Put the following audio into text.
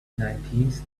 nineteenth